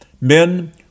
men